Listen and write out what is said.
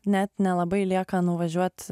net nelabai lieka nuvažiuot